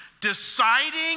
deciding